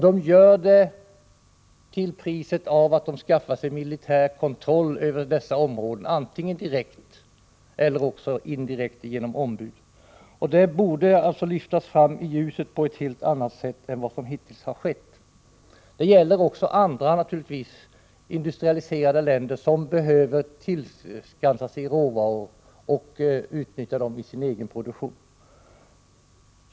De gör det till priset av militär kontroll över dessa områden, antingen direkt eller indirekt genom ombud. Detta borde lyftas fram i ljuset på ett helt annat sätt än som hittills har skett. Det gäller naturligtvis också andra industrialiserade länder som behöver råvaror till sin egen produktion.